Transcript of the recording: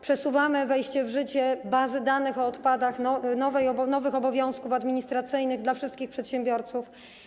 Przesuwamy wejście w życie bazy danych o odpadach, nowych obowiązków administracyjnych dla wszystkich przedsiębiorców.